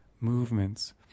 movements